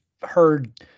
heard